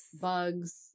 bugs